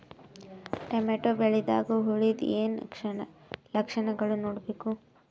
Tomato ಬೆಳಿದಾಗ್ ಹುಳದ ಏನ್ ಲಕ್ಷಣಗಳು ನೋಡ್ಬೇಕು?